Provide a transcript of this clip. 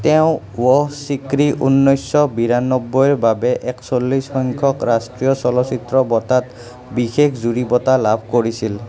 তেওঁ ৱহ চিকৰি উনৈছশ বিৰানব্বৈৰ বাবে একচল্লিছ সংখ্যক ৰাষ্ট্ৰীয় চলচ্চিত্ৰ বঁটাত বিশেষ জুৰী বঁটা লাভ কৰিছিল